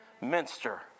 Minster